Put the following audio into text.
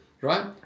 right